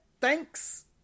thanks